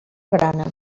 grana